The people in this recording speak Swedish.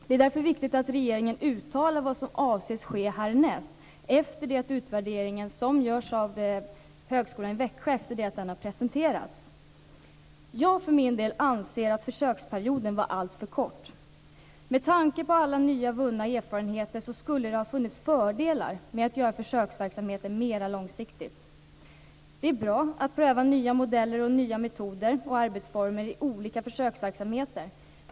Det är därför viktigt att regeringen uttalar vad som avses skall ske härnäst efter det att utvärderingen, som görs av högskolan i Växjö, har presenterats. Jag anser att försöksperioden var alltför kort. Med tanke på alla nyvunna erfarenheter hade det funnits fördelar med att göra försöksverksamheten mer långsiktig. Det är bra att pröva nya modeller och nya metoder och arbetsformer i olika försöksverksamheter.